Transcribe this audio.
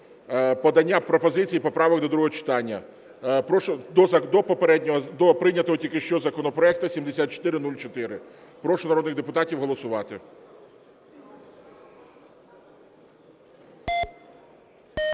подання пропозицій і поправок до другого читання. Прошу, до прийнятого тільки-що законопроекту 7404. Прошу народних депутатів голосувати.